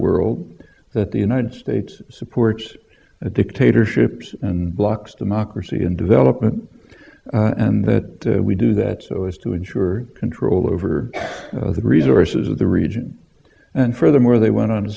world that the united states supports a dictatorships and blocks democracy and development and that we do that so as to ensure control over the resources of the region and furthermore they went on to